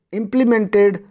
implemented